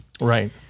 right